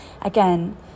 again